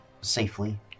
safely